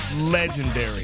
legendary